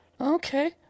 Okay